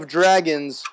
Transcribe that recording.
dragons